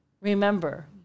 Remember